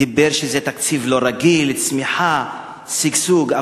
אמר שזה תקציב לא רגיל, צמיחה, שגשוג.